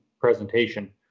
presentation